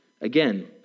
Again